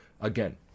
Again